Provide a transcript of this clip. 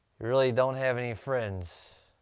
really don't have any friends.